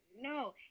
no